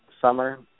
summer